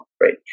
great